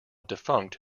defunct